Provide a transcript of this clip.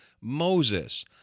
Moses